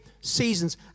seasons